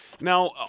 Now